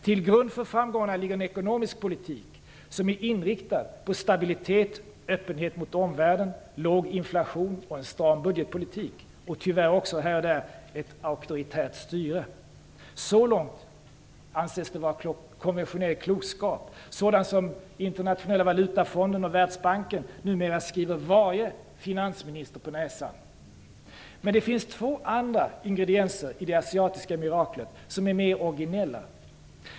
Till grund för framgångarna ligger en ekonomisk politik som är inriktad på en stabilitet, en öppenhet mot omvärlden, en låg inflation, en stram budgetpolitik och, tyvärr, också ett auktoritärt styre på vissa håll. Så långt anses det vara konventionell klokskap, sådan som den internationella valutafonden och Världsbanken numera skriver varje finansminister på näsan. Men det finns två andra ingredienser i det asiatiska miraklet som är mer originella.